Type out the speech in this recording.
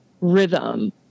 rhythm